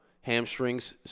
hamstrings